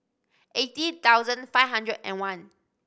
eighty thousand five hundred and one